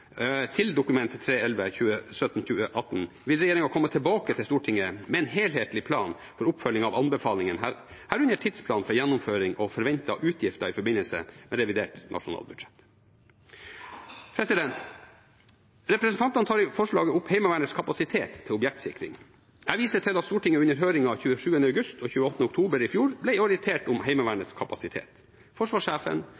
til Dokument 3:11 for 2017–2018 vil regjeringen komme tilbake til Stortinget med en helhetlig plan for oppfølging av anbefalingene, herunder tidsplan for gjennomføring og forventede utgifter i forbindelse med revidert nasjonalbudsjett for 2019. Representantene tar i forslaget opp Heimevernets kapasitet til objektsikring. Jeg viser til at Stortinget under høringene 27. august og 22. oktober i fjor ble orientert om